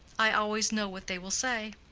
i always know what they will say.